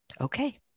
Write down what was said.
Okay